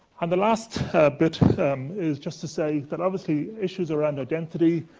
and the last bit is just to say that obviously issues around identity